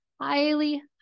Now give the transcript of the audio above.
highly